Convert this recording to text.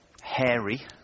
hairy